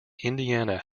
indiana